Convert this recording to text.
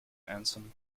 anson